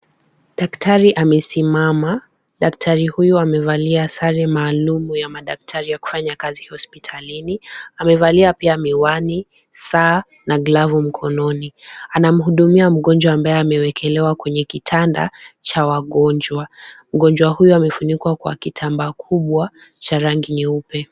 Daktari amesimama, daktari huyu amevalia sare maalum ya madaktari ya kufanya kazi hospitalini. Amevalia pia miwani, saa na glavu mkononi. Anamhudumia mgonjwa ambaye amewekelewa kwenye kitanda cha wagonjwa. Mgonjwa huyu amefunikwa kwa kitambaa kubwa cha rangi nyeupe.